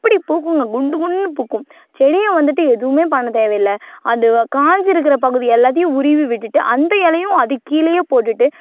அப்படி பூக்கும்ங்க குண்டு குண்டு பூக்கும் செடியை வந்துவிட்டு எதுவுமே பண்ண தேவை இல்லை அது காய்ஞ்சிருக்குற பகுதி எல்லாத்தையும் உருவி விட்டுவிட்டு அந்த இலையும் அதுக்கீழேயே போட்டுவிட்டு